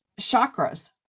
chakras